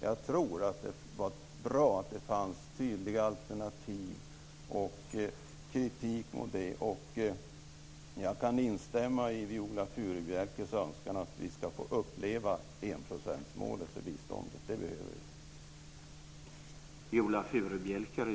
Jag tror att det var bra att det fanns tydliga alternativ och kritik mot det, och jag kan instämma i Viola Furubjelkes önskan att vi ska få uppleva enprocentsmålet i biståndet. Det behöver vi.